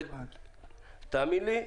תאמין לי,